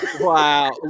Wow